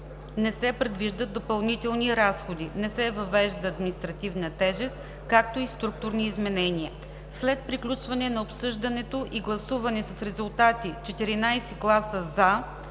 не се предвиждат допълнителни разходи, не се въвежда административна тежест, както и структурни изменения. След приключване на обсъждането и гласуване с резултати: 14 гласа „за“,